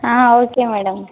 okay madam